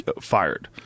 fired